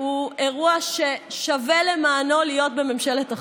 אירוע ששווה למענו להיות בממשלת אחדות.